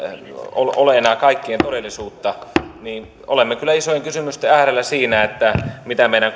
ole enää kaikkien todellisuutta niin olemme kyllä isojen kysymysten äärellä siinä mitä meidän